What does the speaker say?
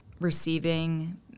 receiving